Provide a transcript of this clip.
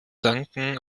danken